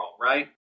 right